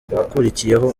ukurikiyeho